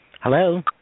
Hello